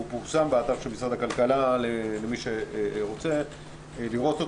הוא פורסם באתר של משרד הכלכלה למי שרוצה לראות אותו.